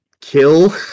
kill